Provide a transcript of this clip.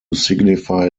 signify